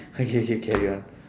okay K carry on